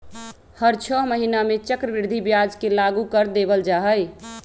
हर छ महीना में चक्रवृद्धि ब्याज के लागू कर देवल जा हई